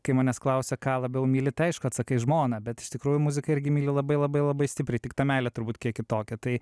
kai manęs klausia ką labiau myli tai aišku atsakai žmoną bet iš tikrųjų muziką irgi myli labai labai labai stipriai tik ta meilė turbūt kiek kitokia tai